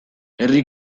herri